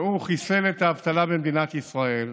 והוא חיסל את האבטלה במדינת ישראל.